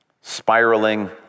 spiraling